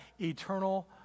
eternal